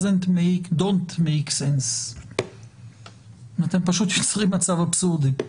don't make sense אתם פשוט יוצרים מצב אבסורדי,